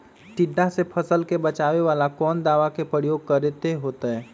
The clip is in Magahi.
टिड्डा से फसल के बचावेला कौन दावा के प्रयोग करके होतै?